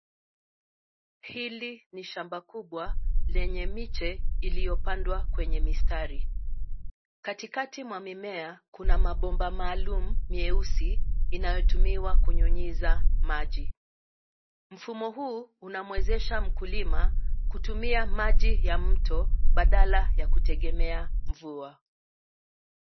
Hili ni shamba kubwa lenye miche iliyopandwa kwenye mistari. Katikati mwa mimea kuna mabomba maalum meusi inayotumiwa kunyunyiza maji. Mfumo huu unamwezesha mkulima kutumia maji ya mto badala ya kutegemea mvua.